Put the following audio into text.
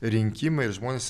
rinkimai ir žmonės